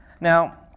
Now